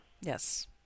Yes